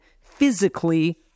physically